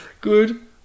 Good